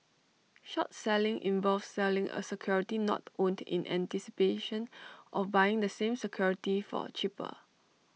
short selling involves selling A security not owned in anticipation of buying the same security for cheaper